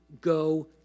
go